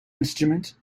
instrument